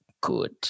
good